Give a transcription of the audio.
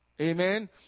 amen